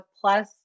Plus